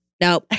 no